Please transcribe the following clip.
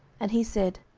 and he said,